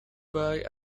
buy